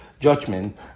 judgment